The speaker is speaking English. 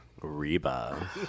Reba